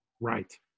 Right